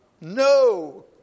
No